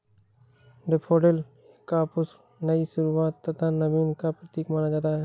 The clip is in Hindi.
डेफोडिल का पुष्प नई शुरुआत तथा नवीन का प्रतीक माना जाता है